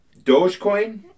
dogecoin